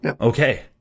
Okay